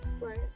right